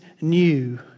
new